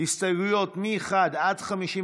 ההסתייגויות מ-1 עד 53